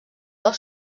del